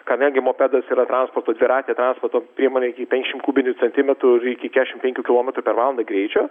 kadangi mopedas yra transporto dviratė transporto priemonė iki penkiasdešimt kubinių centimetrų iki keturiasdešimt penkių kilometrų per valandą greičio